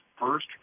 first